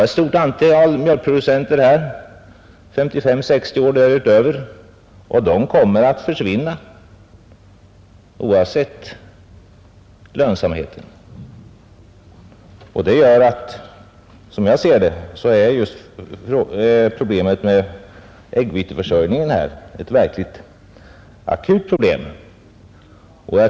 Ett stort antal mjölkproducenter är i åldern 55—60 år och däröver, och de kommer att försvinna oberoende av lönsamheten. Som jag ser det är därför problemet med äggviteförsörjningen verkligt akut.